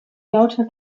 lauter